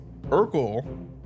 Urkel